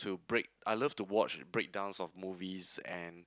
to break I love to watch breakdowns of movies and